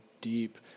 deep